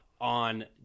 on